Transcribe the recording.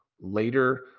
later